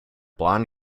blond